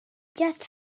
just